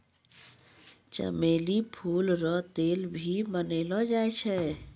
चमेली फूल रो तेल भी बनैलो जाय छै